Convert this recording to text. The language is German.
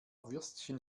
würstchen